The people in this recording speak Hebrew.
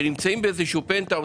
שנמצאות באיזה שהוא פנטהאוז,